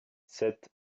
sept